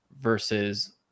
versus